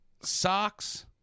socks